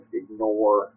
ignore